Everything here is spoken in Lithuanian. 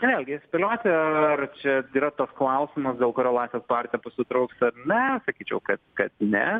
vėlgi spėlioti ar čia yra tas klausimas dėl kurio laisvės partija pasitrauks ar ne sakyčiau kad kad ne